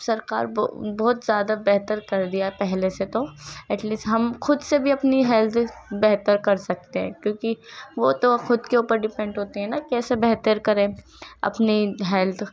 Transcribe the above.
سرکار بہت زیادہ بہتر کر دیا ہے پہلے سے تو ایٹ لسٹ ہم خود سے بھی اپنی ہیلدی بہتر کر سکتے ہیں کیونکہ وہ تو خود کے اوپر ڈیپینڈ ہوتے ہیں نا کیسے بہتر کریں اپنی ہیلتھ